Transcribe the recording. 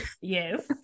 yes